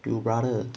you brother